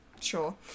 sure